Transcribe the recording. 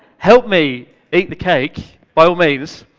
help me eat the cake by all means,